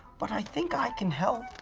but i think i can help.